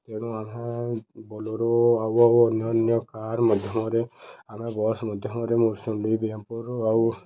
ତେଣୁ ଆମେ ବୋଲେରୋ ଆଉ ଆଉ ଅନ୍ୟ ଅନ୍ୟ କାର୍ ମାଧ୍ୟମରେ ଆମେ ବସ୍ ମାଧ୍ୟମରେ ମୁଁଶୁିଲ ବିଏମ୍ପୁର୍ ଆଉ